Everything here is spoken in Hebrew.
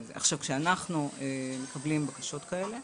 כשאנחנו מקבלים בקשות כאלה,